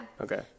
okay